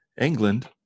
England